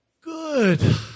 good